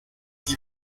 die